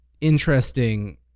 interesting